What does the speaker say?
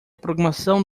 programação